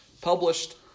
published